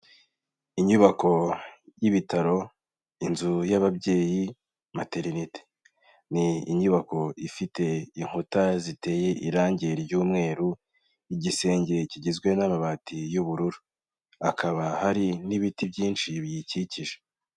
Inyubako y'ibitaro, inzu y'ababyeyi materinete, ni inyubako ifite inkuta ziteye irangi ry'umweru, igisenge kigizwe n'amabati y'ubururu hakaba hari n'ibiti byinshi biyikikije.